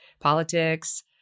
politics